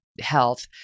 health